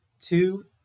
Two